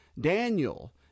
Daniel